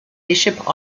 bishop